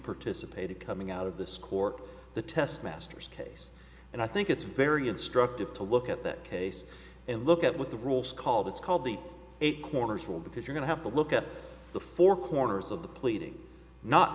participated coming out of the score the test masters case and i think it's very instructive to look at that case and look at what the rules call that's called the eight corners will because you're going to have to look at the four corners of the pleadings not